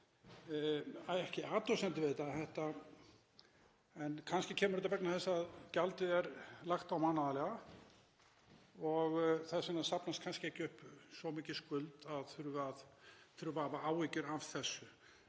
svo sem ekki athugasemdir við þetta en kannski kemur þetta vegna þess að gjaldið er lagt á mánaðarlega og þess vegna safnast kannski ekki upp svo mikil skuld að það þurfi að hafa áhyggjur af þessu.